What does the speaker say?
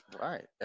Right